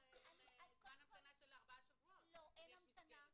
זמן המתנה של ארבעה שבועות אם יש מסגרת כזו?